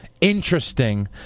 interesting